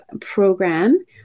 program